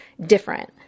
different